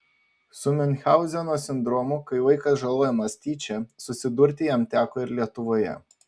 su miunchauzeno sindromu kai vaikas žalojamas tyčia susidurti jam teko ir lietuvoje